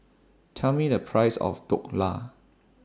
Tell Me The Price of Dhokla